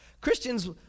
Christians